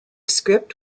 script